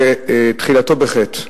תחילתו בחטא.